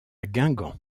guingamp